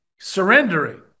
surrendering